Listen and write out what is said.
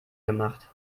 gemacht